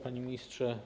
Panie Ministrze!